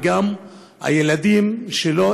וגם הילדים שלו,